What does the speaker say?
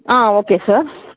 okay sir